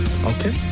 Okay